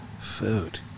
food